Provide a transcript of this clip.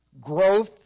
growth